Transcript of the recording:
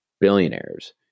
billionaires